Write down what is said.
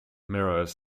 mirrors